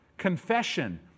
Confession